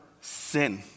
sin